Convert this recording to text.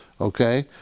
Okay